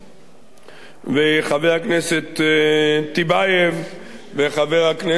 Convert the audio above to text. חבר הכנסת טיבייב וחבר הכנסת בילסקי,